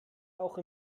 auch